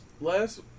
last